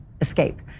escape